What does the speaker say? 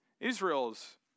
Israel's